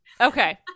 Okay